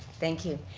thank you.